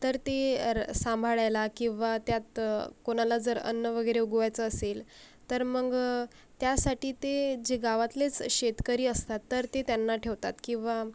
तर ती अर सांभाळायला किंवा त्यात कोणाला जर अन्न वगैरे उगवायचं असेल तर मग त्यासाठी ते जे गावातलेच शेतकरी असतात तर ते त्यांना ठेवतात किंवा